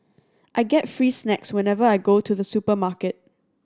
I get free snacks whenever I go to the supermarket